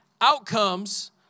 outcomes